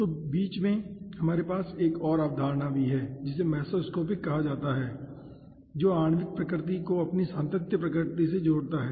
तो बीच में हमारे पास एक और अवधारणा भी है जिसे मेसोस्कोपिक कहा जाता है जो आणविक प्रकृति को आपकी सातत्य प्रकृति से जोड़ता है